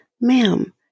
Ma'am